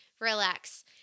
relax